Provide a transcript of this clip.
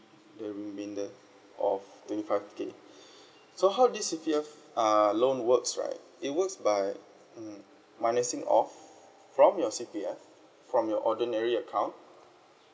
the remainder of twenty five K so how this C_P_F err loan works right it works by mm minusing off from your C_P_F from your ordinary account